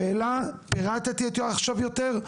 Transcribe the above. את השאלה פירטתי אותה עכשיו יותר,